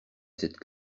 cette